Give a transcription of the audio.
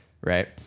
right